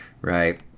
right